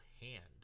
hand